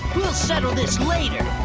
we'll settle this later.